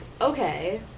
okay